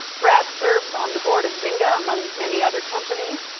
brad serves on the board of zynga among many other companies.